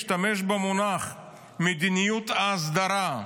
השתמש במונח "מדיניות ההסדרה"